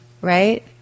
right